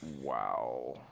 Wow